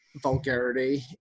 vulgarity